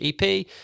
EP